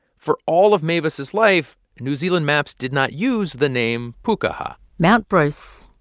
for all of mavis's life, new zealand maps did not use the name pukaha mount bruce.